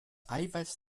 eiweiß